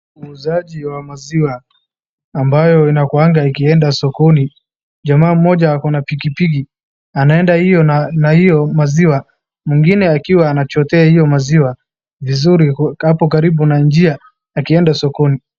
Muuzaji wa maziwa ambayo inakuanga ikienda sokoni. Jamaa mmoja ako na pikipiki, anaenda hiyo na hiyo maziwa, mwingine akiwa anachotewa hiyo maziwa vizuri hapo karibu na njia akienda sokoni.